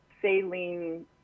saline